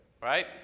Right